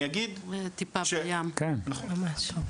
זה טיפה בים, ממש.